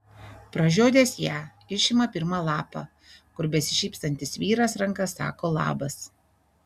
pražiodęs ją išima pirmą lapą kur besišypsantis vyras ranka sako labas